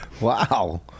Wow